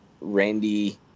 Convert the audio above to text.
Randy